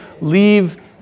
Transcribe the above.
leave